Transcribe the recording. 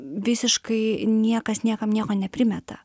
visiškai niekas niekam nieko neprimeta